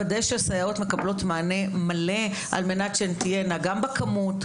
לוודא שהסייעות מקבלות מענה מלא על מנת שהן תהיינה גם בכמות,